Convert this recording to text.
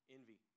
Envy